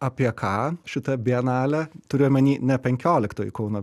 apie ką šita bienalė turiu omeny ne penkioliktoji kauno